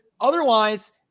otherwise